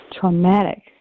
traumatic